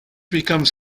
becomes